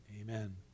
Amen